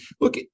look